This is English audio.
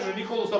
nikola